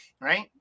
right